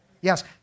Yes